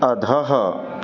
अधः